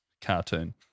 cartoon